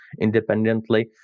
independently